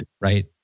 Right